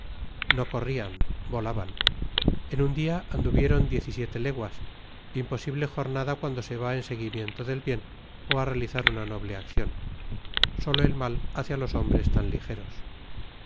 no corrían volaban en un día anduvieron diez y siete leguas imposible jornada cuando se va en seguimiento del bien o a realizar una noble acción sólo el mal hace a los hombres tan ligeros